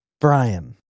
Brian